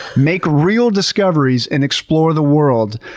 make real discoveries, and explore the world.